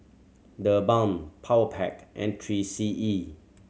TheBalm Powerpac and Three C E